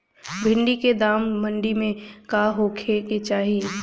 भिन्डी के दाम मंडी मे का होखे के चाही?